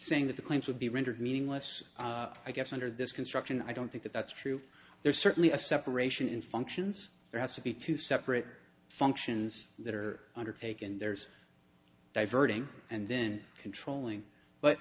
saying that the claims would be rendered meaningless i guess under this construction i don't think that that's true there's certainly a separation in functions there has to be two separate functions that are undertaken there's diverting and then controlling but